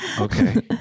Okay